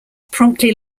promptly